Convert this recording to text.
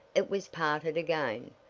it was parted again,